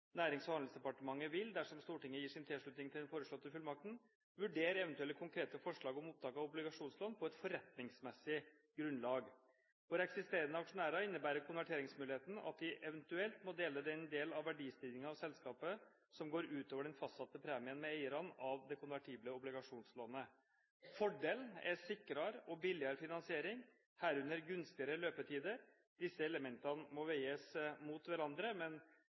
Nærings- og handelsdepartementet vil, dersom Stortinget gir sin tilslutning til den foreslåtte fullmakten, vurdere eventuelle konkrete forslag om opptak av obligasjonslån på et forretningsmessig grunnlag. For eksisterende aksjonærer innebærer konverteringsmuligheten at de eventuelt må dele den del av verdistigningen av selskapet som går utover den fastsatte premien, med eierne av det konvertible obligasjonslånet. Fordelen er sikrere og billigere finansiering, herunder gunstigere løpetider. Disse elementene må veies mot hverandre.